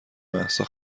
مهسا